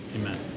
Amen